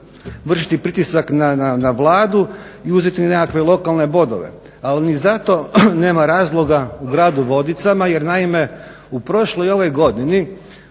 vršiti pritisak na Vladu i uzeti nekakve lokalne bodove. Ali ni zato nema razloga u gradu Vodicama jer naime u prošloj i ovoj godini